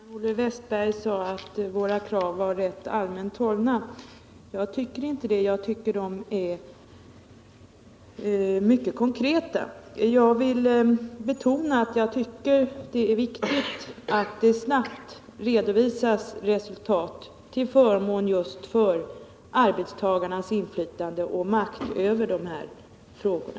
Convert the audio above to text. Herr talman! Olle Wästberg i Stockholm sade att våra krav var rätt allmänt hållna. Jag tycker inte det — jag tycker att de är mycket konkreta. Jag vill betona att det är viktigt att det snabbt redovisas resultat till förmån just för arbetarnas inflytande och makt över de här frågorna.